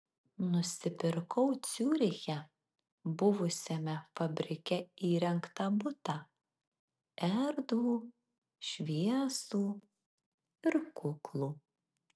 nusipirkau ciuriche buvusiame fabrike įrengtą butą erdvų šviesų ir kuklų